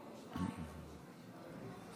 תודה רבה.